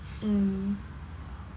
mm